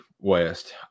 West